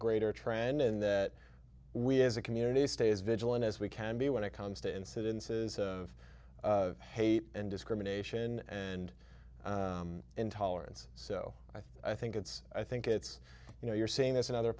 greater trend in that we as a community stay as vigilant as we can be when it comes to incidences of hate and discrimination and intolerance so i think it's i think it's you know you're seeing this in other